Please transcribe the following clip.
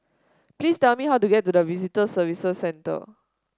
please tell me how to get to Visitor Services Centre